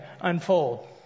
unfold